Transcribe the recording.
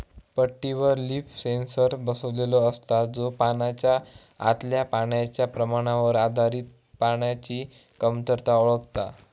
पट्टीवर leaf sensor बसवलेलो असता, जो पानाच्या आतल्या पाण्याच्या प्रमाणावर आधारित पाण्याची कमतरता ओळखता